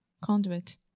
conduit